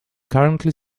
currently